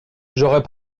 j’aurais